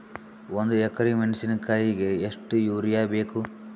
ಒಂದ್ ಎಕರಿ ಮೆಣಸಿಕಾಯಿಗಿ ಎಷ್ಟ ಯೂರಿಯಬೇಕು?